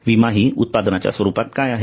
विमा हि उत्पादनाच्या स्वरूपात काय आहे